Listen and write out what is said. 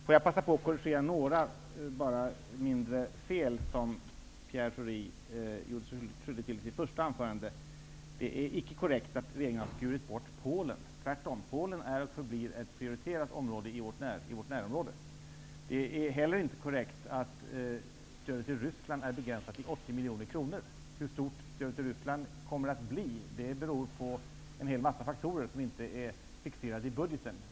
Jag vill passa på att korrigera några smärre fel som Pierre Schori gjorde sig skyldig till i sitt första anförande. Det är icke korrekt att regeringen har skurit bort Polen; tvärtom, Polen är och förblir ett prioriterat område i vår närhet. Det är heller inte korrekt att stödet till Ryssland är begränsat till 80 miljoner kronor. Hur stort stödet till Ryssland kommer att bli beror på flera faktorer som inte är fixerade i budgeten.